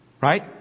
right